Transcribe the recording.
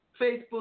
Facebook